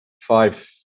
five